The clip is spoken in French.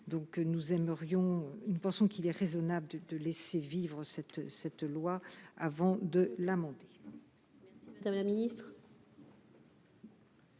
Nous pensons qu'il est raisonnable de laisser vivre cette loi avant de l'amender.